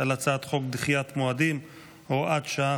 על הצעת חוק דחיית מועדים (הוראת שעה,